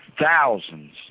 thousands